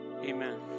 Amen